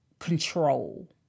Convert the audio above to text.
control